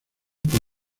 por